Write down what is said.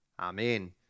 Amen